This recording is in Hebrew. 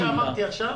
מה שאמרתי עכשיו